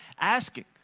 asking